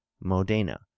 Modena